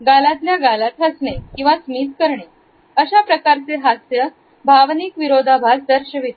गालातल्या गालात हसणे किंवा स्मित करणे अशा प्रकारचे हास्य भावनिक विरोधाभास दर्शविते